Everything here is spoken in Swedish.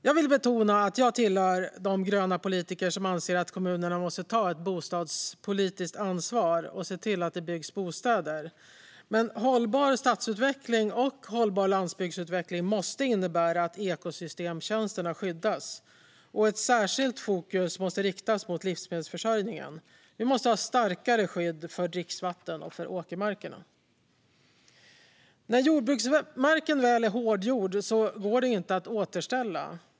Jag vill betona att jag tillhör de gröna politiker som anser att kommunerna måste ta ett bostadspolitiskt ansvar och se till att det byggs bostäder. Men hållbar stadsutveckling och hållbar landsbygdsutveckling måste innebära att ekosystemtjänsterna skyddas, och ett särskilt fokus måste riktas mot livsmedelsförsörjningen. Vi måste ha starkare skydd för dricksvattnet och för åkermarkerna. När jordbruksmarken väl är hårdgjord kan den inte återställas.